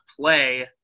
play